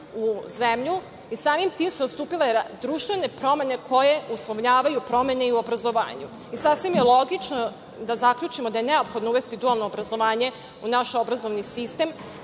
u zemlju i samim tim su nastupile promene koje uslovljavaju promene i u obrazovanju i sasvim je logično da je neophodno uvesti dualno obrazovanje u naš obrazovni sistem